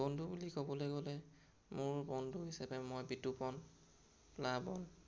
বন্ধু বুলি ক'বলৈ গ'লে মোৰ বন্ধু হিচাপে মই বিতুপন প্লাবন